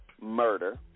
murder